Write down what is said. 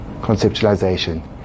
conceptualization